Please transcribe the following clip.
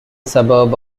suburb